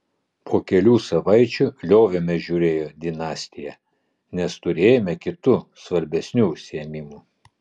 po kelių savaičių liovėmės žiūrėję dinastiją nes turėjome kitų svarbesnių užsiėmimų